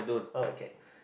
okay